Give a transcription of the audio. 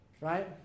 right